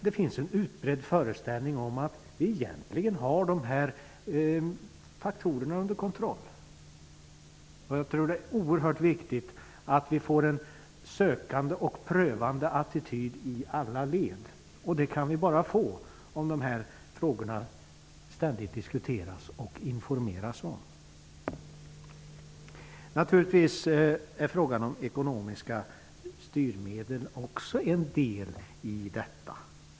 Det finns en utbredd föreställning att vi egentligen har dessa faktorer under kontroll. Det är oerhört viktigt att vi får en sökande och prövande attityd i alla led, och det kan vi få bara om det ständigt diskuteras och informeras om dessa frågar. Naturligtvis är också frågan om ekonomiska styrmedel en del i detta.